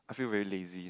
I feel very lazy